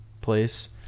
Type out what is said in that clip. place